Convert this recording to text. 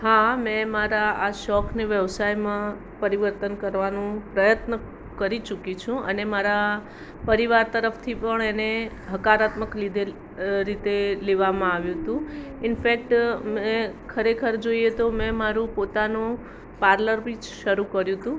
હા મેં મારા આ શોખને વ્યવસાયમાં પરિવર્તન કરવાનું પ્રયત્ન કરી ચૂકી છું અને મારા પરિવાર તરફથી પણ એને હકારાત્મક લીધેલ રીતે લેવામાં આવ્યું હતું ઇન્ફેકટ ખરેખર જોઈએ તો મેં મારું પોતાનું પાર્લર બી શરૂ કર્યું હતું